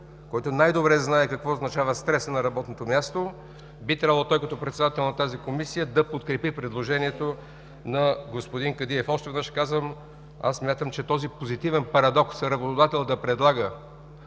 който най-добре знае какво означава стресът на работното място, би трябвало като председател на Комисията да подкрепи предложението на господин Кадиев. Още веднъж казвам: смятам, че този позитивен парадокс – работодател да предлага